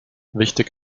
wichtig